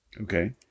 Okay